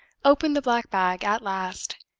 opened the black bag at last,